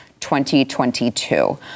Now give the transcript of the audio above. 2022